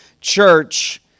church